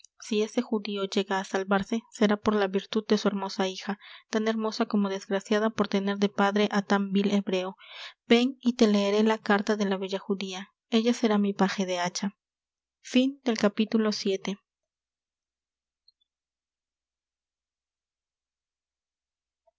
si ese judío llega á salvarse será por la virtud de su hermosa hija tan hermosa como desgraciada por tener de padre á tan vil hebreo ven y te leeré la carta de la bella judía ella será mi paje de hacha